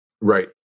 Right